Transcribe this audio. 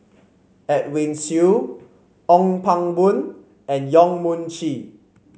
Edwin Siew Ong Pang Boon and Yong Mun Chee